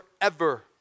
forever